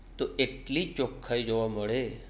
તો એટલી ચોખ્ખાઈ જોવા મળે